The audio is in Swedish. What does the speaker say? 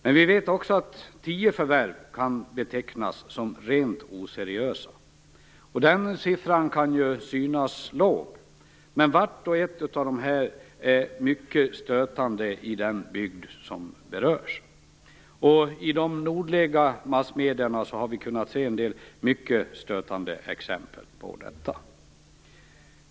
Men vi vet också att 10 förvärv kan betecknas som rent oseriösa. Den siffran kan synas låg, men vart och ett av dessa fall är mycket stötande i den bygd som berörs. I de nordliga massmedierna har vi kunnat se en del mycket stötande exempel på detta.